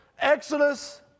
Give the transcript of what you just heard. Exodus